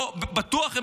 בטוח,